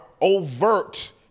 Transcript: overt